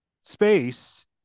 space